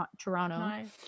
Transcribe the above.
Toronto